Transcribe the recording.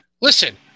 listen